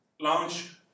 launch